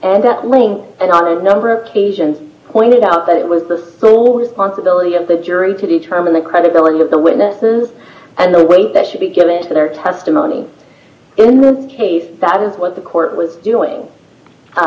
meaning and on a number of patients pointed out that it was the school's possibility of the jury to determine the credibility of the witnesses and the weight that should be given for their testimony in the case that is what the court was doing i